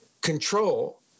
control